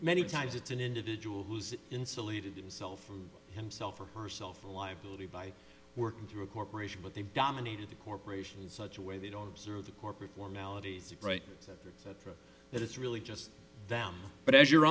many times it's an individual who's insulated itself from himself or herself a liability by working through a corporation but they dominated the corporations such a way they don't observe the corporate formalities right that it's really just them but as your